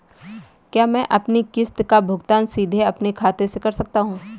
क्या मैं अपनी किश्त का भुगतान सीधे अपने खाते से कर सकता हूँ?